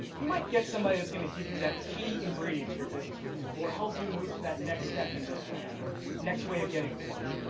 you might get somebody that is going to give you that key ingredient to your business today or help you move to that next step in your plan or next way of getting a client.